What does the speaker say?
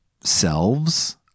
selves